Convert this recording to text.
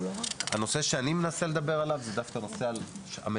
הנושא שאני מנסה לדבר עליו הוא דווקא נושא המטפלות,